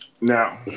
now